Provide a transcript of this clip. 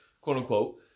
quote-unquote